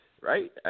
right